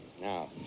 Now